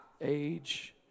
age